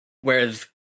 Whereas